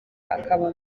akaba